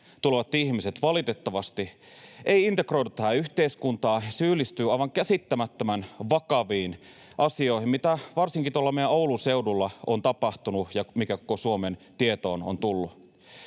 tulevat ihmiset valitettavasti eivät integroidu tähän yhteiskuntaan, he syyllistyvät aivan käsittämättömän vakaviin asioihin, mitä varsinkin tuolla meidän Oulun seudulla on tapahtunut ja mikä koko Suomen tietoon on tullut.